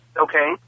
Okay